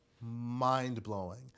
mind-blowing